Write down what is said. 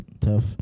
Tough